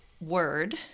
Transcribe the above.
word